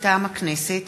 מטעם הכנסת: